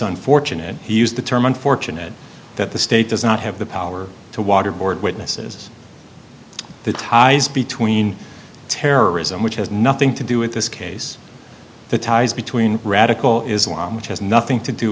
unfortunate he used the term unfortunate that the state does not have the power to waterboard witnesses the ties between terrorism which has nothing to do with this case the ties between radical islam which has nothing to do